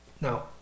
Now